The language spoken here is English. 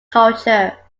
culture